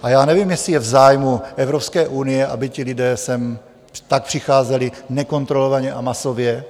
A já nevím, jestli je v zájmu Evropské unie, aby ti lidé sem tak přicházeli nekontrolovaně a masově.